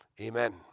Amen